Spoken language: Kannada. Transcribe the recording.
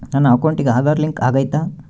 ನನ್ನ ಅಕೌಂಟಿಗೆ ಆಧಾರ್ ಲಿಂಕ್ ಆಗೈತಾ?